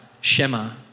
Shema